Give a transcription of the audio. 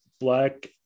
Black